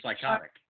psychotic